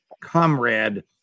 comrade